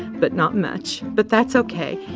but not much, but that's okay.